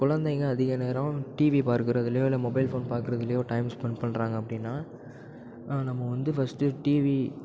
குழந்தைங்க அதிக நேரம் டிவி பார்க்கிறதுலையோ இல்லை மொபைல் ஃபோன் பார்க்கறதுலையோ டைம் ஸ்பென்ட் பண்ணுறாங்க அப்படின்னா நம்ம வந்து ஃபஸ்ட்டு டிவி